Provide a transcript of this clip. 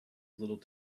little